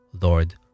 Lord